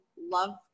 love